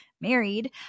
married